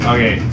Okay